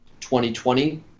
2020